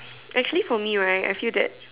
actually for me right I feel that